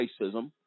racism